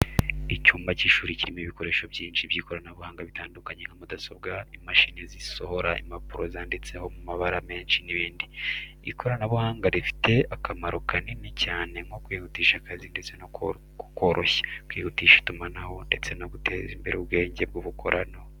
Icyumba cy'ishuri kirimo ibikoresho byinshi by'ikoranabuhanga bitandukanye nka mudasobwa, imashini zisohora impapuro zanditseho mu mabara menshi n'ibindi. Ikoranabuhanga rifite akamaro kanini cyane nko kwihutisha akazi ndetse no kukoroshya, kwihutisha itumanaho ndetse no guteza imbere ubwenge bw'ubukorano.